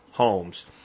homes